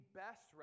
best